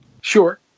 Sure